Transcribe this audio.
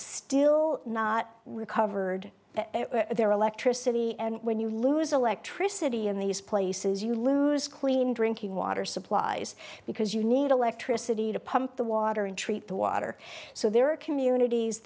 still not recovered their electricity and when you lose electricity in these places you lose clean drinking water supplies because you need electricity to pump the water and treat the water so there are communities